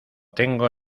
tengo